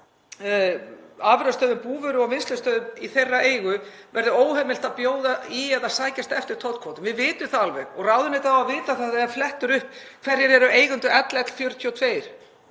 afurðastöðvum og búvöru- og vinnslustöðvum í þeirra eigu verði óheimilt að bjóða í eða sækjast eftir tollkvótum. Við vitum það alveg og ráðuneytið á að vita það að ef flett er upp hverjir eru eigendur LL42